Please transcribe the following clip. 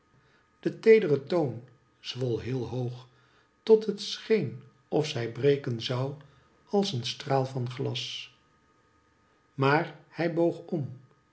de teedere toon zwol heel hoog tot het scheen of zij breken zou als een straal van glas maar hij boog om